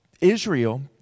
Israel